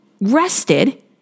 rested